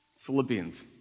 Philippians